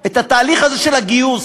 את התהליך הזה של הגיוס.